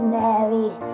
married